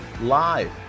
live